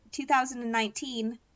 2019